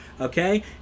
okay